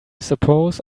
suppose